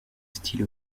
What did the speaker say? style